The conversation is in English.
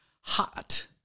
hot